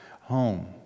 home